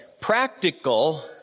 Practical